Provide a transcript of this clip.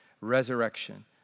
resurrection